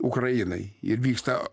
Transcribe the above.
ukrainai ir vyksta